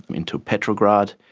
into petrograd,